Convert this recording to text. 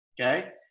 Okay